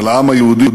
של העם היהודי,